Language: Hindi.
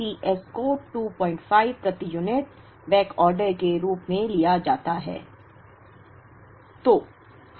इसलिए Cs को 25 प्रति यूनिट बैकऑर्डर के रूप में लिया जाता है